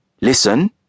Listen